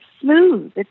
smooth